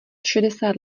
šedesát